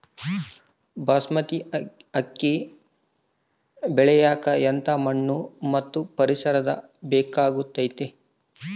ಬಾಸ್ಮತಿ ಅಕ್ಕಿ ಬೆಳಿಯಕ ಎಂಥ ಮಣ್ಣು ಮತ್ತು ಪರಿಸರದ ಬೇಕಾಗುತೈತೆ?